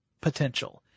potential